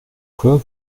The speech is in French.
quoi